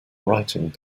writing